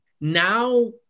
now